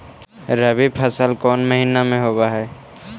रबी फसल कोन महिना में होब हई?